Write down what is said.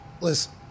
listen